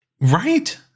right